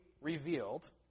revealed